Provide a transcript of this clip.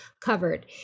covered